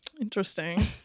interesting